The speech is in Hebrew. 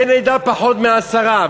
אין עדה פחות מעשרה,